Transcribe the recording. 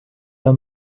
your